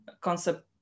concept